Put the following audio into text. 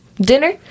dinner